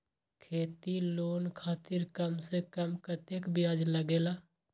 खेती लोन खातीर कम से कम कतेक ब्याज लगेला?